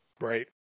Right